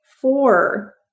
four